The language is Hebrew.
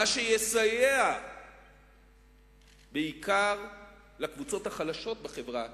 מה שיסייע בעיקר לקבוצות החלשות בחברה